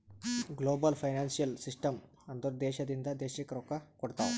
global financial system ಅಂದುರ್ ದೇಶದಿಂದ್ ದೇಶಕ್ಕ್ ರೊಕ್ಕಾ ಕೊಡ್ತಾವ್